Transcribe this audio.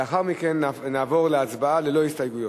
לאחר מכן נעבור להצבעה ללא הסתייגויות.